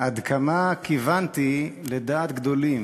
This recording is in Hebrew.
אז, עד כמה כיוונתי לדעת גדולים.